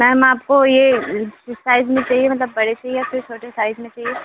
ma'am आपको ये किस साइज़ में चाहिए मतलब बड़े चाहिए फिर छोटे साइज़ में चाहिए